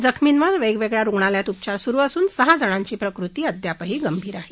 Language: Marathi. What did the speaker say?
जखमींवर वेगवेगळ्या रुग्णालयात उपचार सुरु असून सहा जणांची प्रकृती गंभीर आहे